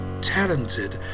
talented